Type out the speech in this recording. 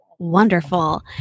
Wonderful